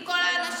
עם כל האנשים,